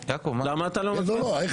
בעד.